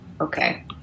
Okay